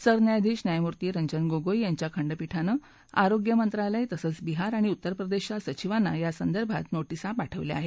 सरन्यायाधीश न्यायमूर्ती रंजन गोगोई यांच्या खंडपीठानं आरोग्य मंत्रालय तसंच बिहार आणि उत्तर प्रदेशच्या सचिवांना या संदर्भात नोटीसा पाठवल्या आहेत